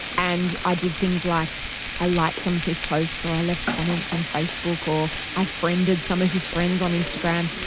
and i did things like i liked some of his posts or i left comments on facebook or i friended some of his friends on instagram.